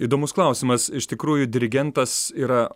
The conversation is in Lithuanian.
įdomus klausimas iš tikrųjų dirigentas yra